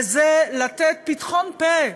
וזה לתת פתחון פה,